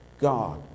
God